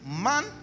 Man